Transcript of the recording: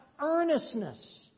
earnestness